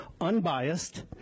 unbiased